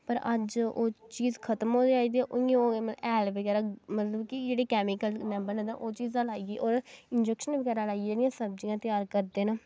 पर अज्ज ओह् चीज खत्म होआ दी ऐ हैल बगैरा मतलब कि जेह्ड़े केमीकल न बने दे ओह् चीजां लाइयै होर इंजेक्शन बगैरा लाइयै ना सब्जियां त्यार करदे ना